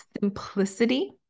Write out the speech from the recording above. simplicity